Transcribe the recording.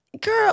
girl